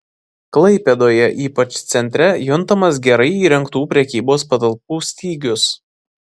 klaipėdoje ypač centre juntamas gerai įrengtų prekybos patalpų stygius